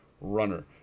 runner